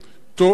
טועה,